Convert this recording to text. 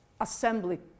assembly